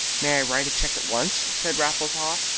may i write a cheque at once? said raffles haw.